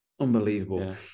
Unbelievable